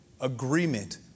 Agreement